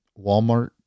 Walmart